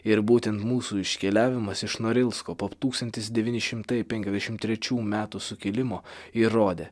ir būtent mūsų iškeliavimas iš norilsko po tūkstantis devyni šimtai penkiasdešimt trečių metų sukilimo įrodė